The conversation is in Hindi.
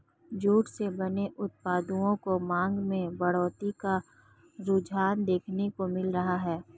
जूट से बने उत्पादों की मांग में बढ़ोत्तरी का रुझान देखने को मिल रहा है